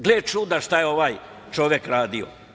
Gledajte šta je ovaj čovek radio?